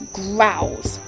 growls